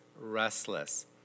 restless